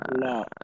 No